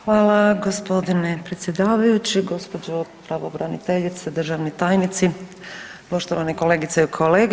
Hvala gospodine predsjedavajući, gospođo pravobranitelje, državni tajnici, poštovane kolegice i kolege.